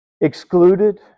excluded